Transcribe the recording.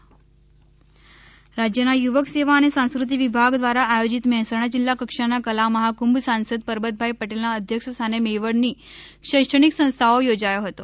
કલા મહાકુંભ રાજ્યના યુવક સેવા અને સાંસ્કૃતિક વિભાગ દ્વારા આયોજીત મહેસાણા જીલ્લા કક્ષાના કલા મહાકુંભ સાંસદ રબતભાઇ ટેલના અધ્યક્ષ સ્થાને મેવડની શૈક્ષણિક સંસ્થામાં ચોજાયો હતો